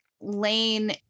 Lane